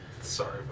Sorry